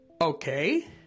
Okay